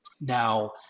Now